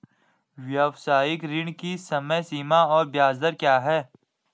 व्यावसायिक ऋण की समय सीमा और ब्याज दर क्या है?